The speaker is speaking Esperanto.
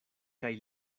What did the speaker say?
kaj